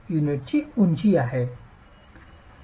Student Ok